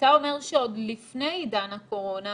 אתה אומר שעוד לפני עידן הקורונה